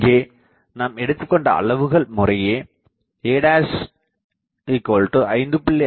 இங்கே நாம் எடுத்துக்கொண்ட அளவுகள் முறையே a5